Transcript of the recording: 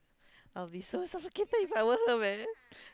I'll be so suffocated If I were her man